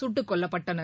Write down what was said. சுட்டுக் கொல்லப்பட்டனர்